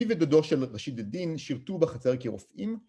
היא ודודו של ראשית הדין שירתו בחצר כרופאים